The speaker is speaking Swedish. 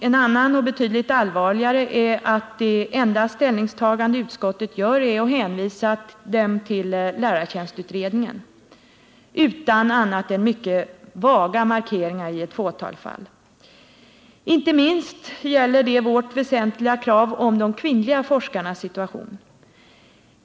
En annan och betydligt allvarligare är att det enda ställningstagande utskottet gör är att hänvisa dem till lärartjänstutredningen utan annat än mycket vaga markeringar i ett fåtal fall. Inte minst gäller det vårt väsentliga krav med avseende på de kvinnliga forskarnas situation.